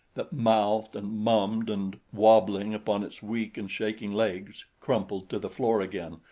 that mouthed and mummed and, wabbling upon its weak and shaking legs, crumpled to the floor again,